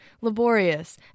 laborious